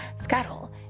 Scuttle